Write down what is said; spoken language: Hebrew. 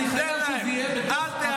תן להם, אל,